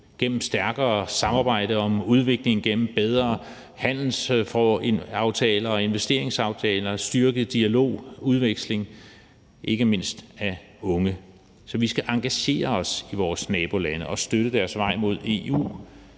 gennem stærkere samarbejde om udvikling, gennem bedre handelsaftaler og investeringsaftaler, styrket dialog og udveksling, ikke mindst af unge. Så vi skal engagere os i vores nabolande og støtte deres vej mod EU,